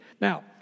Now